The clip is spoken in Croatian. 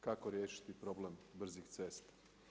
Kako riješiti problem brzih cesta?